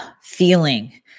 feeling